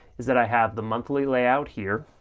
is that i have the monthly layout here,